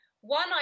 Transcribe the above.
one